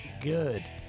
good